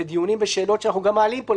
ודיונים ושאלות שאנחנו מעלים פה,